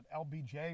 LBJ